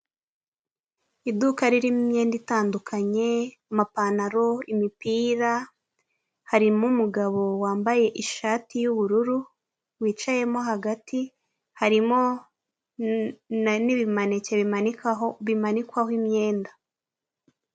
Iduka ririmo imyenda itandukanye amapantaro, imipira, harimo umugabo wambaye ishati y'ubururu wicayemo hagati harimo n'ibimananeke bimanikaho bimanikwaho imyenda.